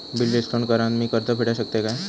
Bill discount करान मी कर्ज फेडा शकताय काय?